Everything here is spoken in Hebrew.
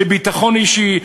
לביטחון אישי,